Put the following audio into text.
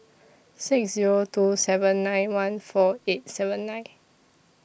six Zero two seven nine one four eight seven nine